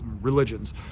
religions